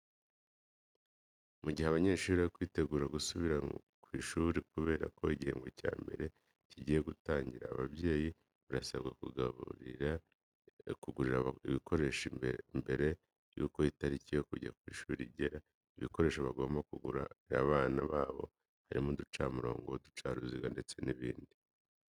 Mu gihe abanyeshuri bari kwitegura gusubira ku ishuri kubera ko igihembwe cya mbere kigiye gutangira, ababyeyi barasabwa kubagurira ibikoresho mbere yuko itariki yo kujya ku ishuri igera. Ibikoresho bagomba kugurira abana babo harimo uducamurongo, uducaruziga ndetse n'ibindi.